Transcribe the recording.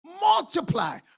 multiply